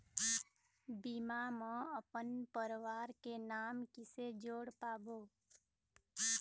बीमा म अपन परवार के नाम किसे जोड़ पाबो?